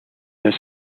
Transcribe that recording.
this